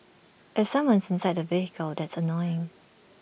if someone's inside the vehicle that's annoying